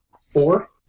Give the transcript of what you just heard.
four